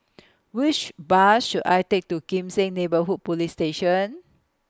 Which Bus should I Take to Kim Seng Neighbourhood Police Station